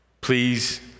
please